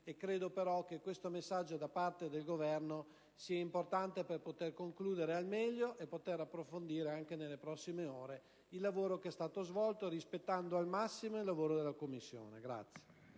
credo però che questo messaggio da parte del Governo sia importante per poter concludere al meglio, approfondendo, anche nelle prossime ore, il lavoro svolto, rispettando al massimo l'operato della Commissione.